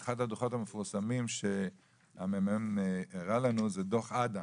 אחד הדוחות המפורסמים שהממ"מ הראה לנו זה דוח אדם,